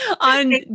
on